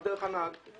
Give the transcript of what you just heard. אפשר להיכנס רק דרך הנהג.